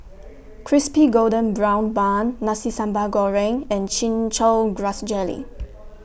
Crispy Golden Brown Bun Nasi Sambal Goreng and Chin Chow Grass Jelly